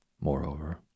Moreover